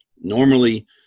Normally